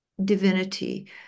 divinity